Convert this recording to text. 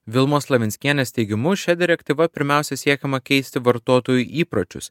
vilmos slavinskienės teigimu šia direktyva pirmiausia siekiama keisti vartotojų įpročius